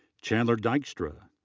chandler dykstra.